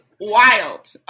wild